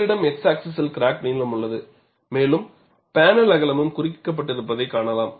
உங்களிடம் x ஆக்ஸிஸில் crack நீளம் உள்ளது மேலும் பேனல் அகலமும் குறிக்கப்பட்டிருப்பதைக் காணலாம்